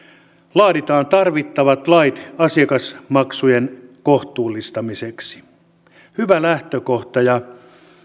laaditaan tarvittavat lait asiakasmaksujen kohtuullistamiseksi hyvä lähtökohta ja